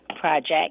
project